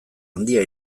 handia